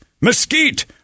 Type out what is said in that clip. mesquite